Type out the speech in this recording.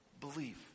believe